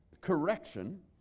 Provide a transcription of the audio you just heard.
correction